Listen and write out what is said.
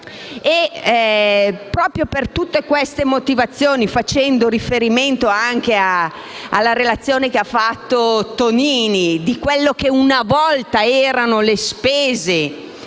termine. Per tutte queste motivazioni, facendo riferimento anche alla relazione del senatore Tonini su quelle che una volta erano le spese